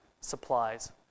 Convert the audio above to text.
supplies